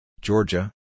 Georgia